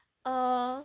uh